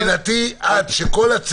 החל מאתמול בלילה